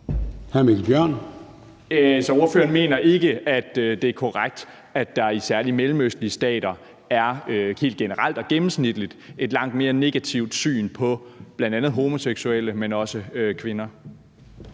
Mikkel Bjørn (DF): Så ordføreren mener ikke, at det er korrekt, at der særlig i mellemøstlige stater helt generelt og gennemsnitligt er et langt mere negativt syn på bl.a. homoseksuelle, men også på kvinder.